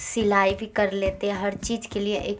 سلائی بھی کر لیتے ہر چیز کے لیے ایک